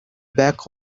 back